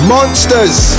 Monsters